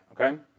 okay